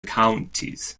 counties